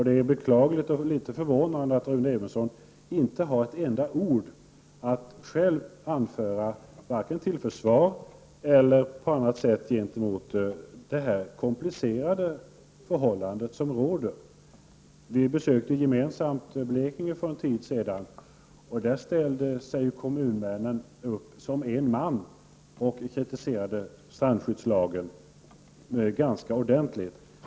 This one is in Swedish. Det är beklagligt och litet förvånande att Rune Evensson inte har ett enda ord att anföra till försvar för det komplicerade förhållande som råder. Vi besökte gemensamt Blekinge för en tid sedan. Där reste sig kommunmännen som en man och kritiserade strandskyddslagen ganska ordentligt.